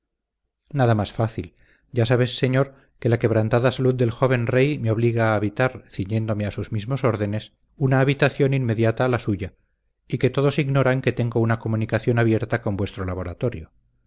nada más fácil ya sabes señor que la quebrantada salud del joven rey me obliga a habitar ciñéndome a sus mismos órdenes una habitación inmediata a la suya y que todos ignoran que tengo una comunicación abierta con vuestro laboratorio